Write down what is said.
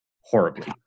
horribly